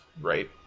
right